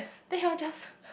then he will just